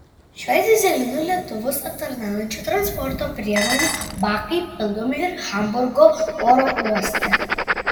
šiuo dyzelinu lėktuvus aptarnaujančių transporto priemonių bakai pildomi ir hamburgo oro uoste